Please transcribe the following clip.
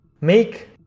make